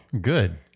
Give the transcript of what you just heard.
Good